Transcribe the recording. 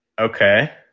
Okay